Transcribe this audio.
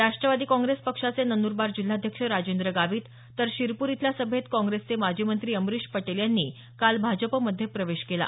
राष्टवादी काँग्रेस पक्षाचे नंदरबार जिल्हाध्यक्ष राजेंद्र गावित तर शिरपूर इथल्या सभेत काँग्रेसचे माजी मंत्री अमरिश पटेल यांनी काल भाजपमध्ये प्रवेश केला